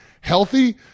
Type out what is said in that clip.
healthy